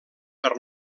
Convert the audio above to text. per